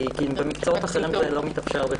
כי במקצועות אחרים זה לא מתאפשר בכלל.